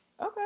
Okay